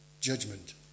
Judgment